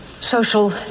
social